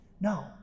No